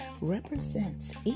represents